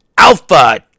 Alpha